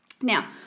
Now